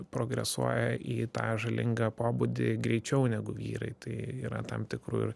progresuoja į tą žalingą pobūdį greičiau negu vyrai tai yra tam tikrų ir